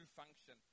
function